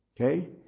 Okay